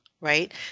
right